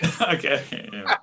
Okay